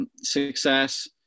Success